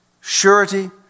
surety